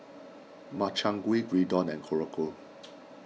Makchang Gui Gyudon and Korokke